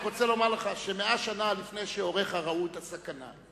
אני רק רוצה לומר לך ש-100 שנה לפני שהוריך ראו את הסכנה,